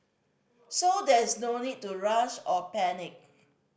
so there is no need to rush or panic